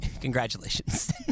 congratulations